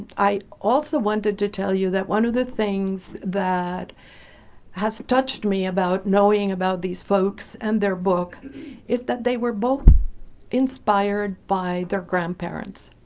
i also wanted to tell you that one of the things that has touched me about knowing about these folks and their book is that they were both inspired by their grandparents.